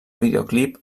videoclip